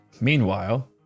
Meanwhile